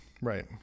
right